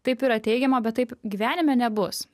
taip yra teigiama bet taip gyvenime nebus